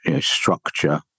structure